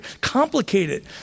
complicated